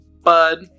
bud